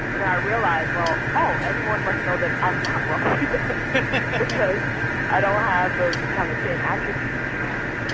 and then i realized, well, oh, everyone must know that i'm not wealthy because i don't have those kind of same attributes yeah.